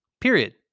period